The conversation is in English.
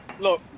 Look